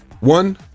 One